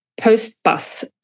post-bus